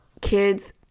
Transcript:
kids